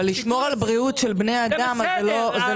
אבל לשמור על בריאות של בני אדם, זה --- זה